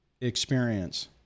experience